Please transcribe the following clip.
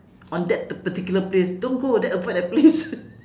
on that the particular place don't go then avoid that place